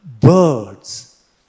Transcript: birds